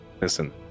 listen